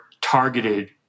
targeted